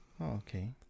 Okay